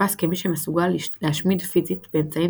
נתפס כמי שמסוגל להשמיד פיזית באמצעים